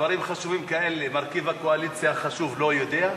דברים חשובים כאלה מרכיב הקואליציה החשוב לא יודע?